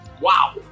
wow